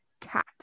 cat